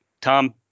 Tom